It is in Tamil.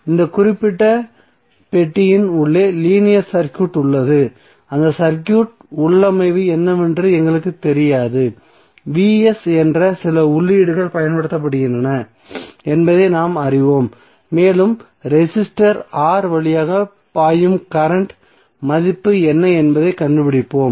இங்கே இந்த குறிப்பிட்ட பெட்டியின் உள்ளே லீனியர் சர்க்யூட் உள்ளது அந்த சர்க்யூட்டின் உள்ளமைவு என்னவென்று எங்களுக்குத் தெரியாது என்று சில உள்ளீடுகள் பயன்படுத்தப்படுகின்றன என்பதை நாங்கள் அறிவோம் மேலும் ரெசிஸ்டர் R வழியாக பாயும் கரண்ட் மதிப்பு என்ன என்பதைக் கண்டுபிடிப்போம்